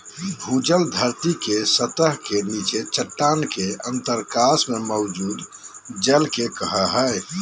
भूजल धरती के सतह के नीचे चट्टान के अंतरकाश में मौजूद जल के कहो हइ